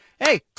hey